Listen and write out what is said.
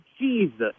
Jesus